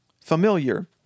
Familiar